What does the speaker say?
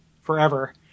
forever